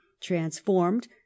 transformed